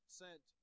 sent